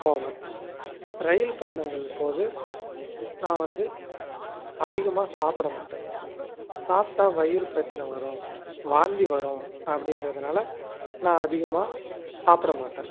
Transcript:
போவேன் ரயில்பயணங்கள் போது நான் வந்து அதிகமாக சாப்பிட மாட்டேன் சாப்பிட்டா வயிறு பிரச்சன வரும் வாந்தி வரும் அப்படின்றதனால நான் அதிகமாக சாப்பிட மாட்டேன்